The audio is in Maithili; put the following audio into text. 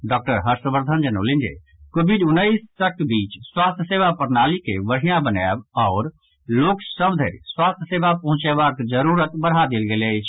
डॉक्टर हर्षवर्द्वन जनौलनि जे कोविड उन्नैसक बीच स्वास्थ्य सेवा प्रणाली के बढ़िया बनायब आओर सभ लोक धरि स्वास्थ्य सेवा पहुंचयबाक जरूरत बढ़ा देल गेल अछि